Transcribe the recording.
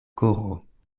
koro